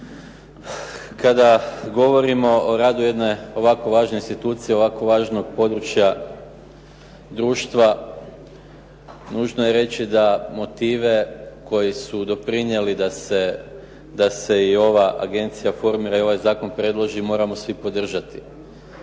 Kada govorimo o radu jedne ovako važne institucije, ovako važnog područja društva nužno je reći da motive koji su doprinijeli da se i ova agencija formira i ovaj zakon predloži moramo svi podržati.